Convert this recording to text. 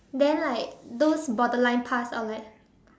then like those borderline pass I'm like